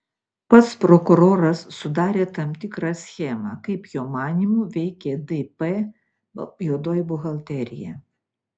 pats prokuroras sudarė tam tikrą schemą kaip jo manymu veikė dp juodoji buhalterija